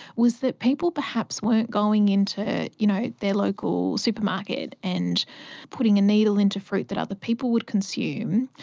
was that people perhaps weren't going into you know their local supermarket and putting a needle into fruit that other people would consume,